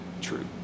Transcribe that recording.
true